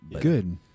Good